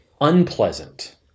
unpleasant